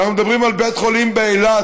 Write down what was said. אנחנו מדברים על בית חולים באילת,